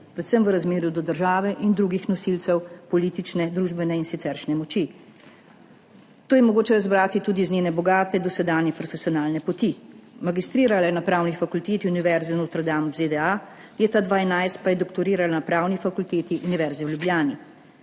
predvsem v razmerju do države in drugih nosilcev politične, družbene in siceršnje moči. To je mogoče razbrati tudi iz njene bogate dosedanje profesionalne poti. Magistrirala je na pravni fakulteti Univerze Notre Dame v ZDA, leta 2011 pa je doktorirala na Pravni fakulteti Univerze v Ljubljani.